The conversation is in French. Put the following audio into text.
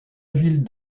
ville